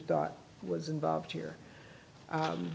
thought was involved here